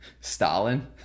Stalin